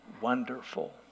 wonderful